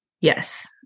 Yes